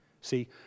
see